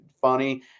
funny